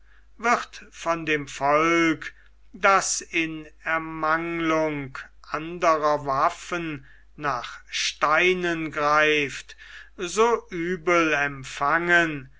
wird von dem volk das in ermanglung anderer waffen nach steinen greift so übel empfangen